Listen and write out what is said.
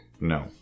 No